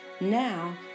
Now